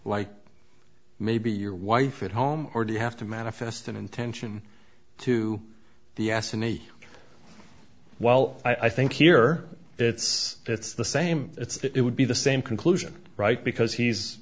like maybe your wife at home or do you have to manifest an intention to the s n e well i think here it's it's the same it's it would be the same conclusion right because he's